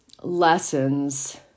lessons